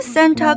Santa